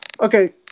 okay